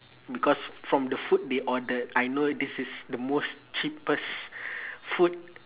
because from the food they ordered I know this is the most cheapest food